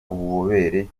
ububobere